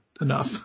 enough